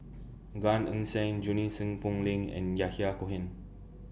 Gan Eng Seng Junie Sng Poh Leng and Yahya Cohen